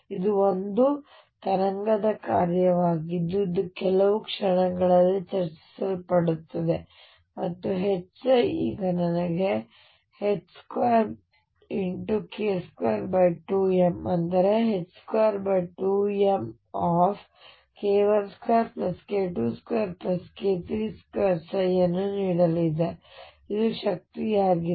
ಇದು ಒಂದು ತರಂಗ ಕಾರ್ಯವಾಗಿದ್ದು ಇದು ಕೆಲವು ಕ್ಷಣಗಳಲ್ಲಿ ಚರ್ಚಿಸಲ್ಪಡುತ್ತದೆ ಮತ್ತು Hψ ಈಗ ನನಗೆ 2k22m ಅಂದರೆ 22mk12k22k32 ψ ಅನ್ನು ನೀಡಲಿದೆ ಇದು ಶಕ್ತಿಯಾಗಿದೆ